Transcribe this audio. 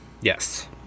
Yes